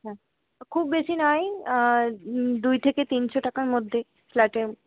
হ্যাঁ খুব বেশি নয় দুই থেকে তিনশো টাকার মধ্যে ফ্ল্যাটের